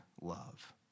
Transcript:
love